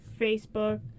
facebook